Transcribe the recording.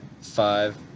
five